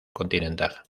continental